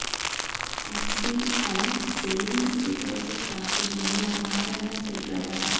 SBI saving deposit ಖಾತೆಯನ್ನು ಮಾರಣ್ಣ ತೆಗದ